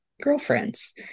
girlfriends